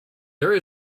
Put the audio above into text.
there